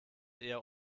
eher